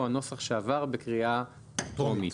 הוא הנוסח שעבר בקריאה טרומית.